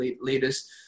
leaders